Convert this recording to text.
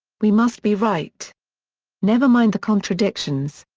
we must be right never mind the contradictions.